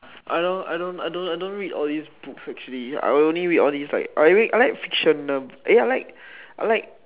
I don't I don't I don't I don't read all these book actually I only read only likes I read I like fictional ya I like I like